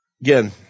Again